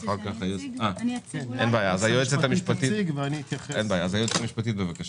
היועצת המשפטית, בבקשה.